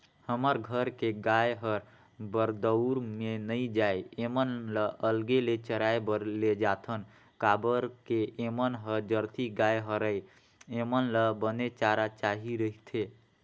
हमर घर के गाय हर बरदउर में नइ जाये ऐमन ल अलगे ले चराए बर लेजाथन काबर के ऐमन ह जरसी गाय हरय ऐेमन ल बने चारा चाही रहिथे